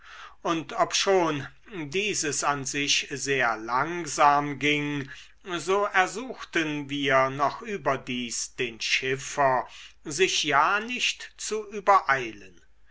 und obschon dieses an sich sehr langsam ging so ersuchten wir noch überdies den schiffer sich ja nicht zu übereilen